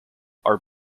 are